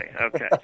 okay